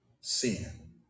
sin